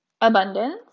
Abundance